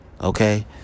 Okay